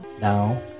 Now